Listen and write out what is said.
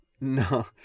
No